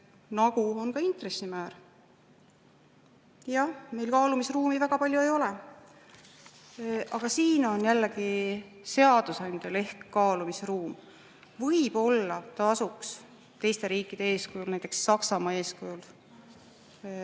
nagu on intressimäär. Jah, meil kaalumisruumi väga palju ei ole. Aga siin on jällegi seadusandjal ehk kaalumisruum. Võib-olla tasuks teiste riikide eeskujul, näiteks Saksamaa eeskujul